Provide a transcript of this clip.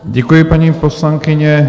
Děkuji, paní poslankyně.